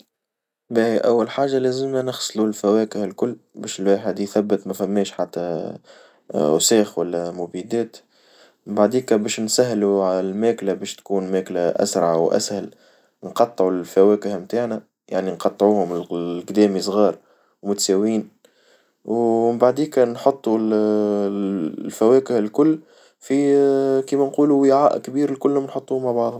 باهي أول حاجة لازمنا نغسلو الفواكه الكل، باش الواحد يثبت ما فهماش حتى أوساخ ولا مبيدات، بعديكا باش نسهلو على الماكلة باش تكون ماكلة أسرع وأسهل، نقطعو الفواكه نتاعنا يعني نقطعوهم قدامي صغار، ومتساويين. ومن بعديكا نحطو الفواكه الكل، في كيما نقولو وعاء كبير الكلهم نحطوه مع بعض.